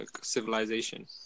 civilization